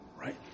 right